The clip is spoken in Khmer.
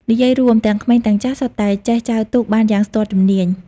និយាយរួម ទាំងក្មេងទាំងចាស់សុទ្ធតែចេះចែវទូកបានយ៉ាងស្ទាត់ជំនាញ។